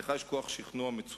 לך יש כוח שכנוע מצוין,